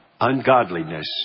ungodliness